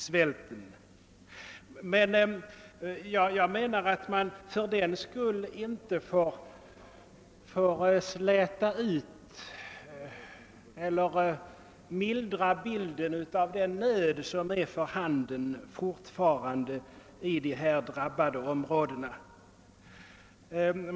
Jag menar emellertid att man för den skull inte får mildra bilden av den nöd som fortfarande är för handen i de drabbade områdena.